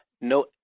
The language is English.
no